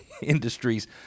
industries